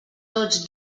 tots